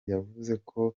yavuzeko